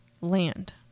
land